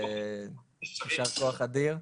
ריגשת וישר כוח אדיר.